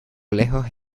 lejos